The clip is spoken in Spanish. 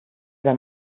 era